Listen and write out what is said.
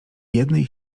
jednej